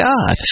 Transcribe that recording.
God